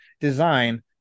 design